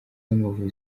w’amavubi